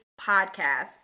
podcast